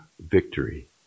victory